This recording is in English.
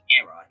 error